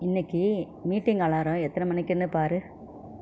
இன்றைக்கு meeting alarm எத்தனை மணிக்குன்னு பாரு